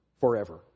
forever